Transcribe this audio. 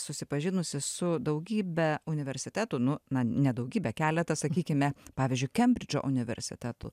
susipažinusi su daugybe universitetų nu na ne daugybe keleta sakykime pavyzdžiui kembridžo universitetu